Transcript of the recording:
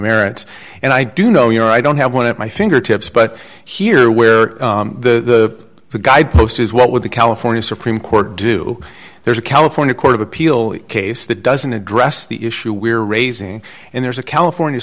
merits and i do know your i don't have one at my fingertips but here where the guy post is what would the california supreme court do there's a california court of appeal case that doesn't address the issue we're raising and there's a california